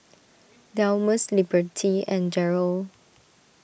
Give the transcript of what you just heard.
Delmus Liberty and Jarrell